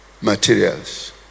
materials